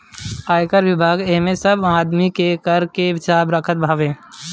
आयकर विभाग एमे सब आदमी के कर के हिसाब रखत हवे